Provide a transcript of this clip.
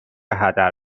هدر